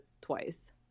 twice